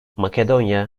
makedonya